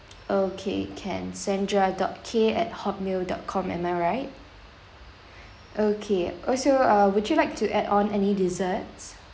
okay can sandra dot K at hotmail dot com am I right okay also uh would you like to add on any desserts